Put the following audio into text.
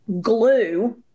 glue